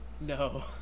no